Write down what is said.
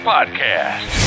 Podcast